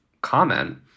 comment